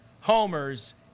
homers